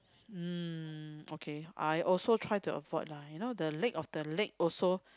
um okay I also try to avoid lah you know the leg of the leg also